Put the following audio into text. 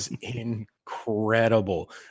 incredible